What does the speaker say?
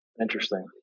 Interesting